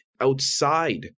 outside